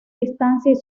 distancias